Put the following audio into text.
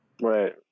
Right